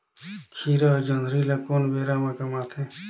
खीरा अउ जोंदरी ल कोन बेरा म कमाथे?